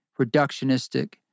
reductionistic